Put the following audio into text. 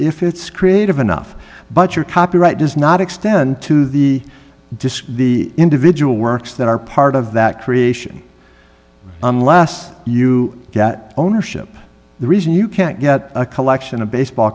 if it's creative enough but your copyright does not extend to the disc the individual works that are part of that creation unless you get ownership the reason you can't get a collection of baseball